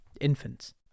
infants